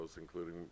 including